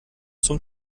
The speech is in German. zum